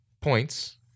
points